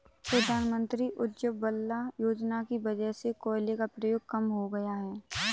प्रधानमंत्री उज्ज्वला योजना की वजह से कोयले का प्रयोग कम हो गया है